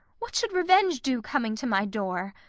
what should revenge do coming to my door?